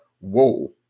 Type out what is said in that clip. Whoa